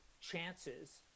chances